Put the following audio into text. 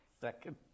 Second